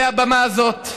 למה את לחוצה ללכת הביתה?